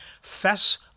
Fess